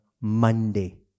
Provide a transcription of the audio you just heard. Monday